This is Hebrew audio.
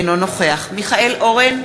אינו נוכח מיכאל אורן,